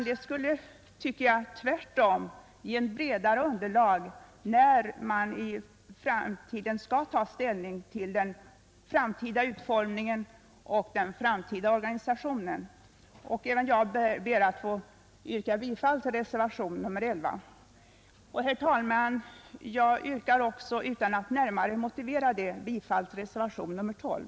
Det skulle, tycker jag, tvärtom ge bredare underlag när man en gång skall taga ställning till den framtida utformningen och den framtida organisationen, Herr talman! Även jag ber att få yrka bifall till reservation nr 11. Jag yrkar också, utan att närmare motivera det, bifall till reservation nr 12.